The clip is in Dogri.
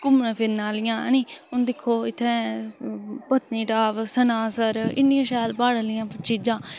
घुम्मने फिरने आह्लियां ऐ नी हू'न दिक्खो इत्थें पत्नीटॉप सनासर इ'न्नियां शैल प्हाड़ें आह्लियां चीज़ां